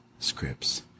scripts